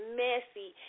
messy